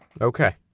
Okay